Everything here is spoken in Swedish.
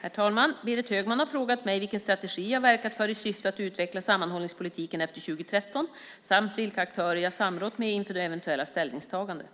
Herr talman! Berit Högman har frågat mig vilken strategi jag verkat för i syfte att utveckla sammanhållningspolitiken efter 2013 samt vilka aktörer jag samrått med inför eventuella ställningstaganden.